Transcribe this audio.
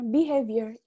Behavior